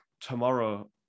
tomorrow